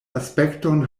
aspekton